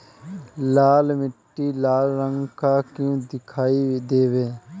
लाल मीट्टी लाल रंग का क्यो दीखाई देबे?